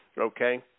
Okay